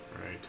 Right